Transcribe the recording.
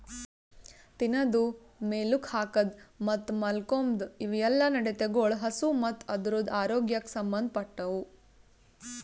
ತಿನದು, ಮೇಲುಕ್ ಹಾಕದ್ ಮತ್ತ್ ಮಾಲ್ಕೋಮ್ದ್ ಇವುಯೆಲ್ಲ ನಡತೆಗೊಳ್ ಹಸು ಮತ್ತ್ ಅದುರದ್ ಆರೋಗ್ಯಕ್ ಸಂಬಂದ್ ಪಟ್ಟವು